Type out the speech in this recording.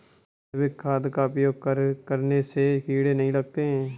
क्या जैविक खाद का उपयोग करने से कीड़े नहीं लगते हैं?